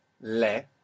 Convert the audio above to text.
le